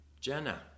Jenna